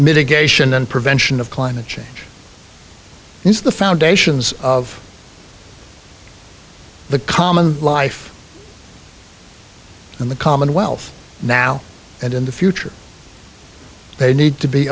mitigation and prevention of climate change is the foundations of the common life in the commonwealth now and in the future they need to be